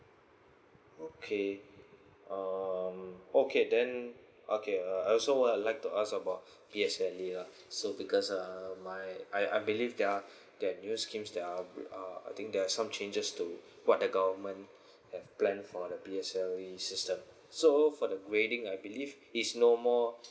okay um okay then okay err I also would like to ask about P_S_L_E lah so because uh my I I believe there are new schemes now uh I think there are some changes to what the government have planned for the P_S_L_E system so for the grading I believe it's no more